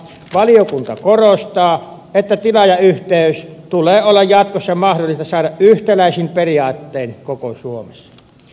valiokunta korostaa että tilaajayhteys tulee olla jatkossa mahdollista saada yhtäläisin periaattein koko suomessa